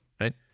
right